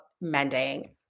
mending